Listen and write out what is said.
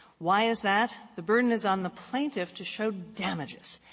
why is that? the burden is on the plaintiff to show damages.